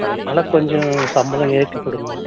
அதனால் கொஞ்சம் சம்பள ஏத்திக்கொடுங்க